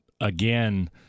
again